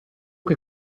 che